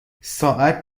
ساعت